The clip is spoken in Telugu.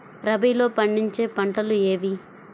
రబీలో పండించే పంటలు ఏవి?